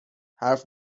حرف